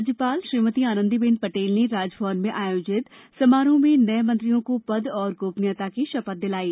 राज्यपाल श्रीमती आनंदीबेन पटेल ने राजभवन में आयोजित समारोह में नए मंत्रियों को पद और गोपनीयता की शपथ दिलायी